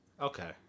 Okay